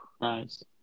Nice